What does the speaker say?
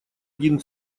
один